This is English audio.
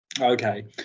Okay